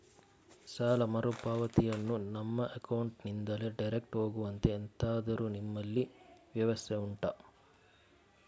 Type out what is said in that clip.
ಸಾಲ ಮರುಪಾವತಿಯನ್ನು ನಮ್ಮ ಅಕೌಂಟ್ ನಿಂದಲೇ ಡೈರೆಕ್ಟ್ ಹೋಗುವಂತೆ ಎಂತಾದರು ನಿಮ್ಮಲ್ಲಿ ವ್ಯವಸ್ಥೆ ಉಂಟಾ